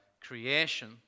creation